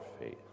faith